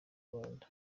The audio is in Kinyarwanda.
rwanda